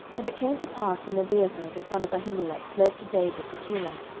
and it came to pass, when abiathar the son of ahimelech fled to david to keilah,